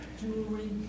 jewelry